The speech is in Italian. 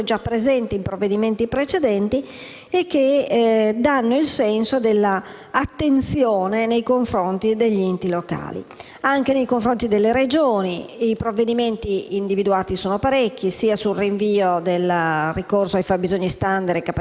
Anche nei confronti delle Regioni, i provvedimenti individuati sono parecchi e concernono sia il rinvio del ricorso ai fabbisogni *standard* e capacità fiscali delle Regioni, ma anche l'entrata in vigore dei livelli essenziali di assistenza delle prestazioni, il TPL, gli investimenti, prevedendo